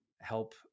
help